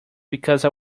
because